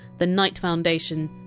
the knight foundation,